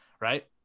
right